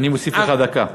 אני מוסיף לך דקה.